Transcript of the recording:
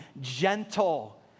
gentle